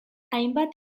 hainbat